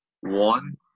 One